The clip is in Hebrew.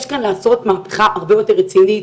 יש כאן לעשות מהפכה הרבה יותר רצינית